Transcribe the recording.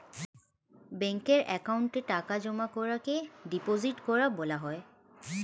ব্যাঙ্কের অ্যাকাউন্টে টাকা জমা করাকে ডিপোজিট করা বলা হয়